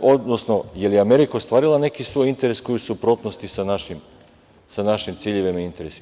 odnosno je li Amerika ostvarila neki svoj interes koji su u suprotnosti sa našim ciljevima i interesima?